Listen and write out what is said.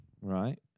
Right